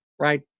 right